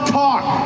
talk